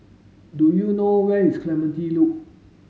do you know where is Clementi Loop